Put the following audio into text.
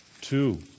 Two